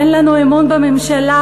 אין לנו אמון בממשלה,